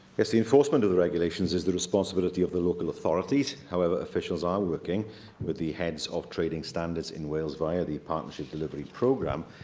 yes. the enforcement of the regulations is the responsibility of the local authorities. however, officials are um working with the heads of trading standards in wales, via the partnership delivery programme,